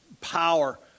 power